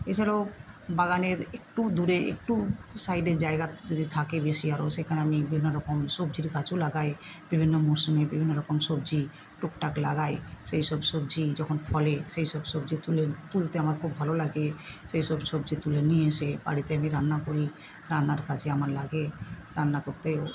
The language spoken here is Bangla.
এছাড়াও বাগানের একটু দূরে একটু সাইডের জায়গাতে যদি থাকে বেশি আরও সেখানে আমি বিভিন্ন রকম সবজির গাছও লাগাই বিভিন্ন মৌসুমী বিভিন্ন রকম সবজি টুকটাক লাগাই সেই সব সবজি যখন ফলে সেই সব সবজি তুলে তুলতে আমার খুব ভালো লাগে সেই সব সবজি তুলে নিয়ে এসে বাড়িতে আমি রান্না করি রান্নার কাজে আমার লাগে রান্না করতেও